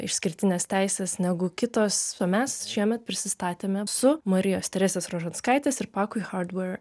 išskirtines teises negu kitos o mes šiemet prisistatėme su marijos teresės rožanskaitės ir pakui hadvei